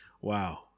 Wow